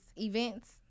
events